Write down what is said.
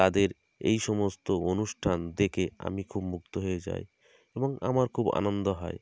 তাদের এই সমস্ত অনুষ্ঠান দেখে আমি খুব মুগ্ধ হয়ে যাই এবং আমার খুব আনন্দ হয়